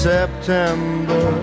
September